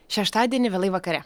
šeštadienį vėlai vakare